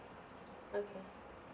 okay